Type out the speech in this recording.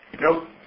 nope